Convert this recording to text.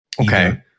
okay